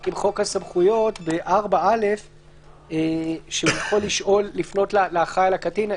עם חוק הסמכויות ב-4א שיכול לפנות לאחראי על הקטין.